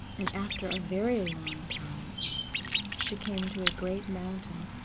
and after a very long time she came to a great mountain,